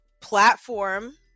platform